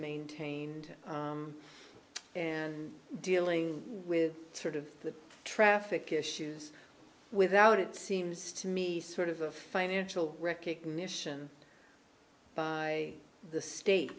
maintained and dealing with sort of the traffic issues without it seems to me sort of a financial recognition by the state